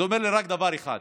זה אומר לי רק דבר אחד: